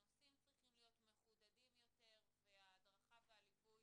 הנושאים צריכים להיות מחודדים יותר וההדרכה והליווי